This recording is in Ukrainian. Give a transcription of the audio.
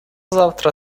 завтра